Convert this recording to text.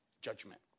judgment